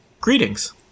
greetings